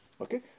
Okay